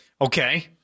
Okay